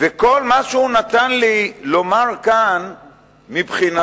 וכל מה שהוא נתן לי לומר כאן מבחינתו,